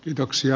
kiitoksia